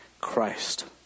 Christ